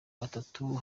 batanu